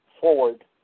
forward